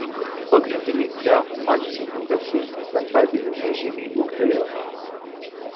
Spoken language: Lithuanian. pagrindiniai jav akcijų indeksai penktadienį nežymiai ūgtelėjo